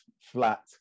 flat